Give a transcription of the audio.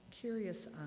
Curious